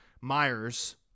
Myers